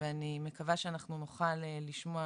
אני מקווה שאנחנו נוכל לשמוע,